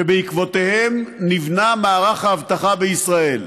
שבעקבותיהם נבנה מערך האבטחה בישראל.